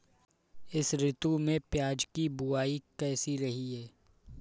इस ऋतु में प्याज की बुआई कैसी रही है?